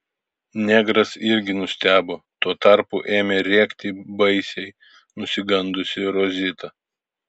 negras irgi nustebo tuo tarpu ėmė rėkti baisiai nusigandusi rozita